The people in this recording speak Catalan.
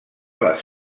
les